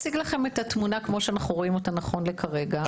אני אציג לכם את התמונה כמו שאנו רואים אותה נכון לרגע זה.